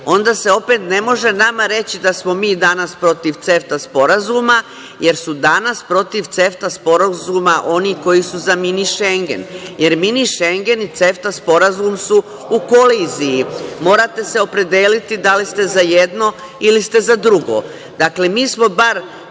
onda se opet ne može nama reći da smo mi danas protiv CEFTA Sporazuma, jer su danas protiv CEFTA Sporazuma, oni koji su za „mini Šengen“, jer „mini Šengen“ i CEFTA Sporazum su u koliziji. Morate se opredeliti da li te za jedno ili ste za drugo. Mi smo bar